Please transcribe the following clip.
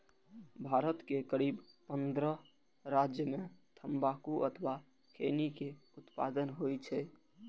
भारत के करीब पंद्रह राज्य मे तंबाकू अथवा खैनी के उत्पादन होइ छै